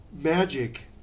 Magic